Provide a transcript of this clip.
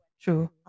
true